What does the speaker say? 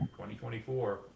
2024